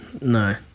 No